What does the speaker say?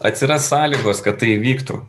atsiras sąlygos kad tai įvyktų